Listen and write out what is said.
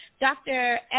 Dr